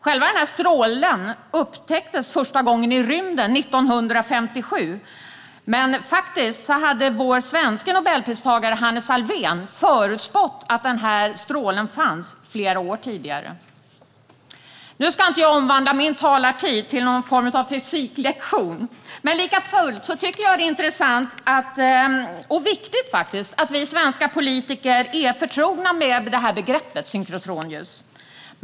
Själva strålen upptäcktes första gången i rymden 1957, men vår svenske nobelpristagare Hannes Alfvén hade faktiskt flera år tidigare förutspått att strålen fanns. Jag ska inte omvandla min talartid till någon form av fysiklektion, men jag tycker likafullt att det är intressant och viktigt att vi svenska politiker är förtrogna med begreppet synkrotronljus.